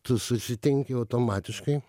tu susitinki automatiškai